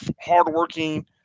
hardworking